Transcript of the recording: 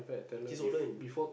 he's older than you